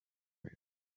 nda